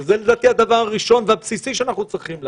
שזה הדבר הראשון והבסיסי שאנחנו צריכים לעשות.